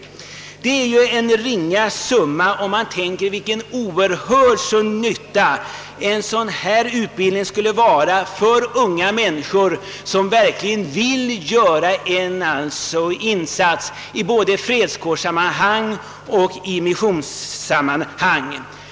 Det är en blygsam summa, om man betänker vilken oerhörd nytta utbildningen där skulle få för unga människor som verkligen vill göra en insats i fredskårsoch missionssammanhang.